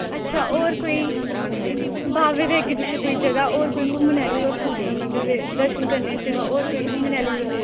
अच्छा होर कोई बाह्वे दे अग्गेें पिच्छें कोई जगह होर कोई घूमने आह्ली होऐ पूजा मतलब कि दर्शन करने दे सुआए होर कोई घूमने आह्ली जगह